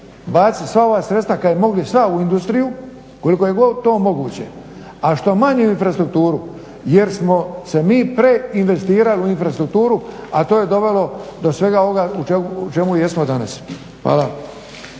baciti sva ova sredstva kad bi mogli sva u industriju, koliko je god to moguće, a što manje u infrastrukturu jer smo se mi preinvestirali u infrastrukturu, a to je dovelo do svega ovoga u čemu jesmo danas. Hvala.